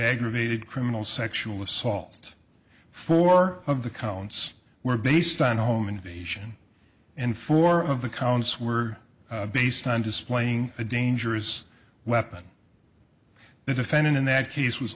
aggravated criminal sexual assault four of the counts were based on a home invasion and four of the counts were based on displaying a dangerous weapon the defendant in that case was